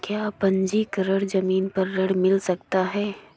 क्या पंजीकरण ज़मीन पर ऋण मिल सकता है?